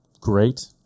great